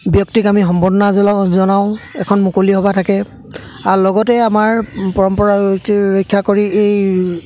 ব্যক্তিক আমি সম্বৰ্দ্ধনা জনাওঁ জনাওঁ এখন মুকলি সভা থাকে আৰু লগতে আমাৰ পৰম্পৰা ৰক্ষা কৰি এই